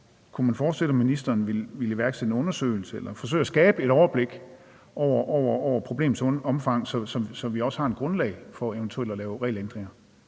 Kunne man forestille sig, at ministeren ville iværksætte en undersøgelse eller forsøge at skabe et overblik over problemets omfang, så vi også har et grundlag for eventuelt at lave regelændringer?